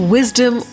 Wisdom